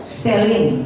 selling